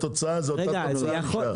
התוצאה היא אותה תוצאה נשארת.